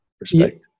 respect